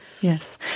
Yes